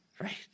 right